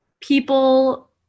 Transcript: people